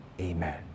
Amen